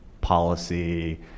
policy